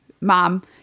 Mom